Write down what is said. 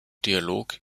dialog